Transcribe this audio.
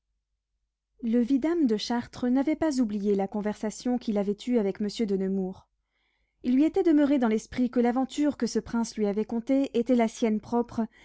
le vidame de chartres n'avait pas oublié la conversation qu'il avait eue avec monsieur de nemours il lui était demeuré dans l'esprit que l'aventure que ce prince lui avait contée était la sienne propre